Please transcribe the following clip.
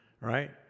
right